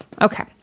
Okay